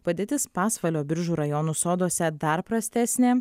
padėtis pasvalio biržų rajonų soduose dar prastesnė